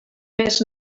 més